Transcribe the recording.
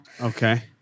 Okay